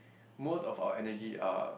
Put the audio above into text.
most of our energy are